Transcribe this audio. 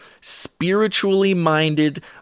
spiritually-minded